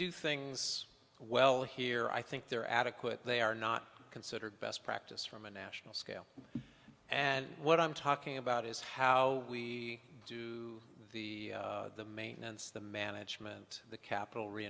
do things well here i think there are adequate they are not considered best practice from a national scale and what i'm talking about is how we do the maintenance the management of the capital